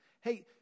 Hey